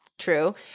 true